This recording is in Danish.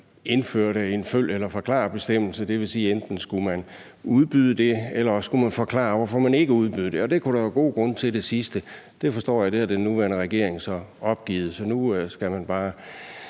indførte en følg eller forklar-bestemmelse, det vil sige, at enten skulle man udbyde det, eller også skulle man forklare, hvorfor man ikke udbød det, og det sidste kunne der jo være gode grunde til. Det forstår jeg den nuværende regering så har opgivet, så nu skal man bare